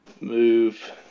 move